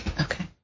okay